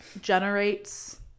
generates